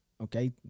Okay